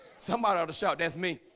somebody shot. that's me